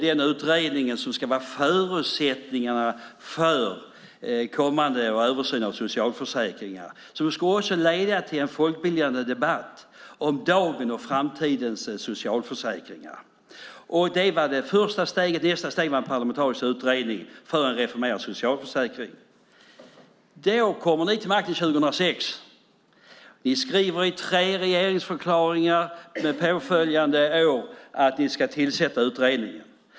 Denna utredning ska vara förutsättningen för kommande översyn av socialförsäkringar och även leda till en folkbildande debatt om dagens och framtidens socialförsäkringar. Det var det första steget. Nästa steg var en parlamentarisk utredning för en reformerad socialförsäkring. Ni kom till makten 2006. Ni skriver i tre regeringsförklaringar under påföljande år att ni ska tillsätta utredningen.